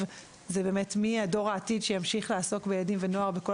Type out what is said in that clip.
זה מי יהיה דור העתיד שימשיך לעסוק בילדים ונוער בכל